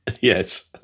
Yes